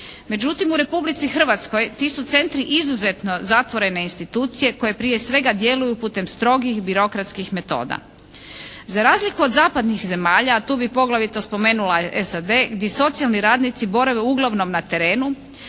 Međutim u Republici Hrvatskoj ti su centri izuzetno zatvorene institucije koje prije svega djeluju putem strogih birokratskih metoda. Za razliku od zapadnih zemalja a tu bi poglavito spomenula SAD gdje socijalni radnici borave uglavnom na terenu,